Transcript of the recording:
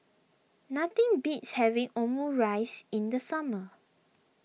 nothing beats having Omurice in the summer